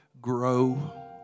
grow